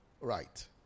right